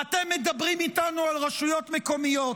ואתם מדברים איתנו על רשויות מקומיות.